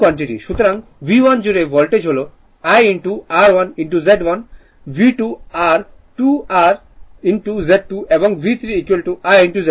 সুতরাং V1 জুড়ে voltage হল I1 R1 Z1 V2 r I 2 r I Z2 এবং V3 I Z 3